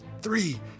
Three